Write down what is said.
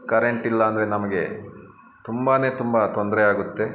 current ಇಲ್ಲಾಂದ್ರೆ ನಮಗೆ ತುಂಬನೇ ತುಂಬ ತೊಂದರೆ ಆಗುತ್ತೆ